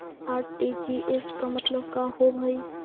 RTGS के मतलब का होव हई?